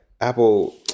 Apple